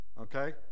okay